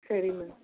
சரி மேம்